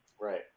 Right